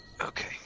Okay